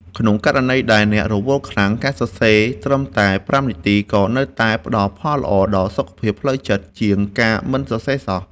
ក្នុងករណីដែលអ្នករវល់ខ្លាំង ការសរសេរត្រឹមតែប្រាំនាទី ក៏នៅតែផ្ដល់ផលល្អដល់សុខភាពផ្លូវចិត្តជាងការមិនសរសេរសោះ។